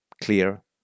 clear